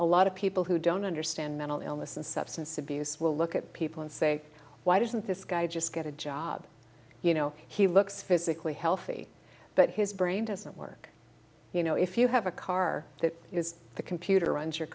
a lot of people who don't understand mental illness and substance abuse will look at people and say why doesn't this guy just get a job you know he looks physically healthy but his brain doesn't work you know if you have a car that is the computer runs your